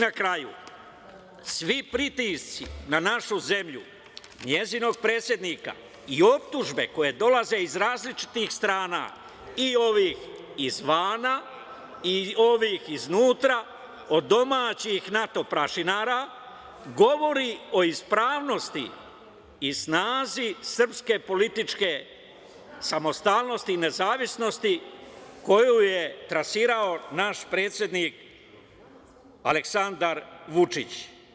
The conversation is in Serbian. Na kraju, svi pritisci na našu zemlju, njenog predsednika i optužbe koje dolaze iz različitih strana, i ovih izvana i ovih iznutra, od domaćih NATO prašinara, govore o ispravnosti i snazi srpske političke samostalnosti i nezavisnosti koju je trasirao naš predsednik Aleksandar Vučić.